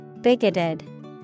Bigoted